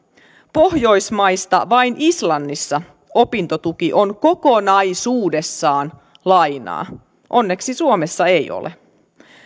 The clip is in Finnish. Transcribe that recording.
pohjoismaista vain islannissa opintotuki on kokonaisuudessaan lainaa onneksi suomessa ei ole